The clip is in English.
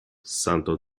santo